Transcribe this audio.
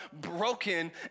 broken